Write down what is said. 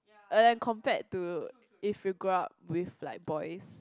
and compared to if you grow up with like boys